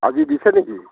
আজি দিছে নেকি